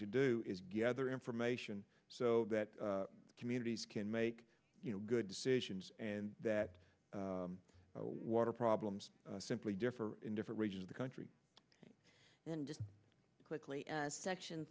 to do is gather information so that communities can make good decisions and that water problems simply differ in different regions of the country and just quickly section